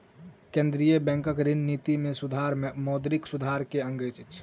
केंद्रीय बैंकक ऋण निति में सुधार मौद्रिक सुधार के अंग अछि